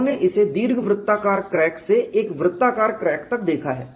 उन्होंने इसे दीर्घवृत्ताकार क्रैक से एक वृत्ताकार क्रैक तक देखा है